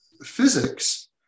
physics